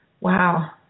wow